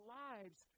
lives